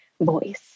voice